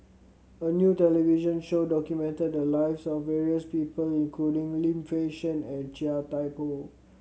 a new television show documented the lives of various people including Lim Fei Shen and Chia Thye Poh